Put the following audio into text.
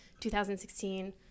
2016